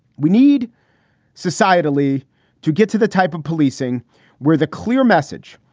we need societally to get to the type of policing where the clear message,